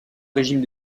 régime